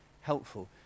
helpful